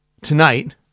Tonight